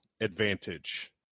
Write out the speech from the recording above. advantage